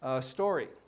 story